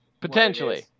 potentially